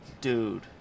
Dude